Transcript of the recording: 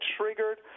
triggered